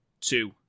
two